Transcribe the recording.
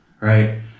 right